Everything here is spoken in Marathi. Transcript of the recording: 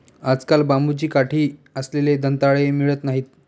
आजकाल बांबूची काठी असलेले दंताळे मिळत नाहीत